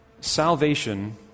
Salvation